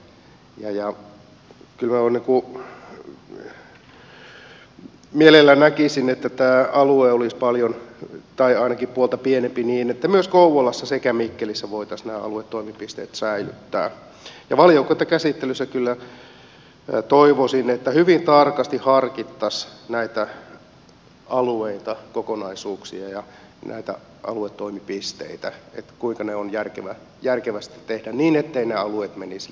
kyllä minä mielelläni näkisin että tämä alue olisi paljon tai ainakin puolta pienempi niin että myös kouvolassa sekä mikkelissä voitaisiin nämä aluetoimipisteet säilyttää ja kyllä toivoisin että valiokuntakäsittelyssä hyvin tarkasti harkittaisiin näitä alueita kokonaisuuksia ja näitä aluetoimipisteitä kuinka ne voi järkevästi tehdä niin etteivät ne alueet menisi liian suuriksi